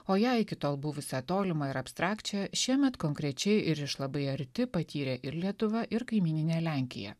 o ją iki tol buvusią tolimą ir abstrakčią šiemet konkrečiai ir iš labai arti patyrė ir lietuva ir kaimyninė lenkija